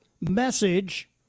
message